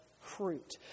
fruit